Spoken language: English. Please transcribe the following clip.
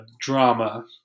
drama